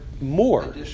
more